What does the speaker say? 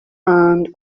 and